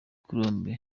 colombe